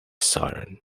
siren